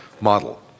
model